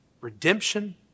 Redemption